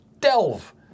Delve